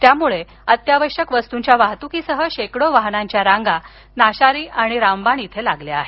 यामुळे अत्यावश्यक वस्तूंच्या वाहतुकीसह शेकडो वाहनांच्या रांगा नाशारी आणि रामबान इथे लागल्या आहेत